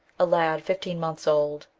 a lad fifteen months old.